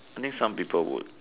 I think some people would